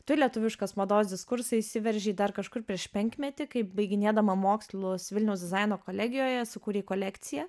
tu į lietuviškos mados diskursą įsiveržei dar kažkur prieš penkmetį kai baiginėdama mokslus vilniaus dizaino kolegijoje sukūrei kolekciją